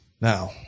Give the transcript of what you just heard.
Now